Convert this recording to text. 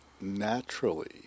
naturally